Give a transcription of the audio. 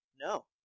No